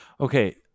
Okay